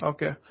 Okay